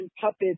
puppets